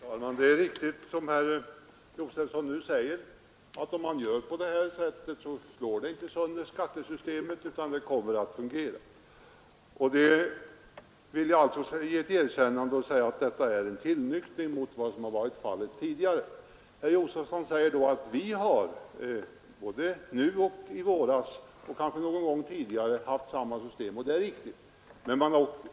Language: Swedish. Fru talman! Det är riktigt som herr Josefson nu säger; om man gör som han här anger slår man inte sönder skattesystemet, utan det kommer att fungera. Jag vill ge herr Josefson ett erkännande för detta — det innebär en tillnyktring. Herr Josefson säger att centern också tidigare föreslagit det systemet, och det är riktigt.